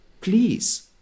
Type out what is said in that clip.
please